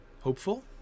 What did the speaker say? hopeful